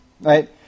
right